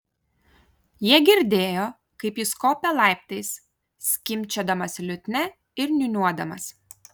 jie girdėjo kaip jis kopia laiptais skimbčiodamas liutnia ir niūniuodamas